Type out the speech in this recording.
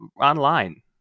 online